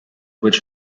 which